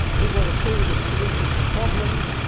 he wrote a series of solutions to problems,